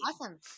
Awesome